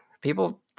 people